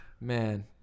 man